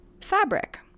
fabric